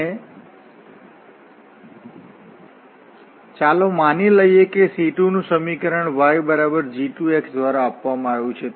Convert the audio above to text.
અને ચાલો માની લઈએ કે C2 નું સમીકરણ yg2 દ્વારા આપવામાં આવ્યું છે